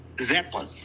Zeppelin